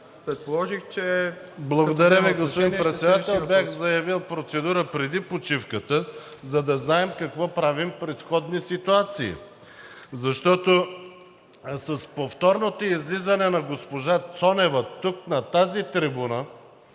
КАРАДАЙЪ (ДПС): Благодаря, господин Председател. Бях заявил процедура още преди почивката, за да знаем какво правим при сходни ситуации. Защото с повторното излизане на госпожа Цонева тук на тази трибуна